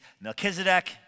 Melchizedek